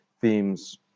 themes